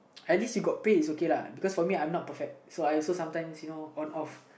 at least you got pay is okay lah because you know for me I'm not perfect so I also sometimes you know on off